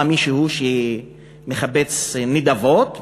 בא מישהו שמקבץ נדבות,